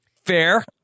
fair